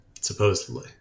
Supposedly